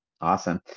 Awesome